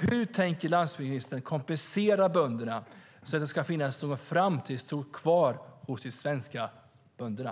Hur tänker landsbygdsministern kompensera bönderna så att det ska finnas någon framtidstro kvar hos de svenska bönderna?